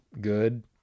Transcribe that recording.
good